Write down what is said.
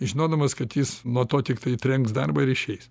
žinodamas kad jis nuo to tiktai trenks darbą ir išeis